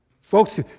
Folks